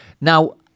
Now